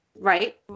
right